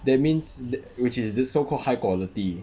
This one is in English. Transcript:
that means that which is the so called high quality